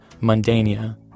Mundania